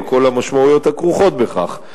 עם כל המשמעויות הכרוכות בכך.